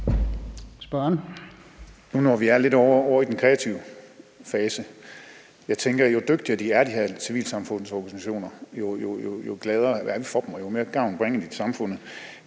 Gejl (ALT): Nu, hvor vi er lidt ovre i den kreative fase, tænker jeg, at jo dygtigere de her civilsamfundsorganisationer er, jo gladere er vi for dem, og jo mere gavn bringer de samfundet.